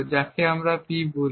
যাকে P বলি